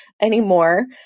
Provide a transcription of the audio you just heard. anymore